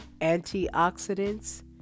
antioxidants